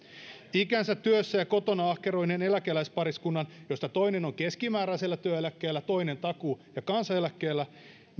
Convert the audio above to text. ikänsä työssä ja kotona ahkeroineen eläkeläispariskunnan joista toinen on keskimääräisellä työeläkkeellä toinen takuu ja kansaneläkkeellä